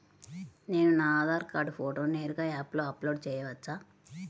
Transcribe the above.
నేను నా ఆధార్ కార్డ్ ఫోటోను నేరుగా యాప్లో అప్లోడ్ చేయవచ్చా?